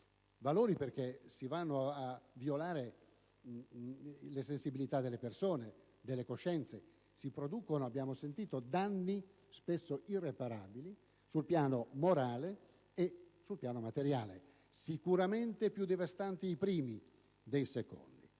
valori, perché si vanno a violare le sensibilità delle persone e delle coscienze; si producono - come abbiamo ascoltato - danni spesso irreparabili sul piano morale e materiale. Sicuramente sono più devastanti i primi dei secondi: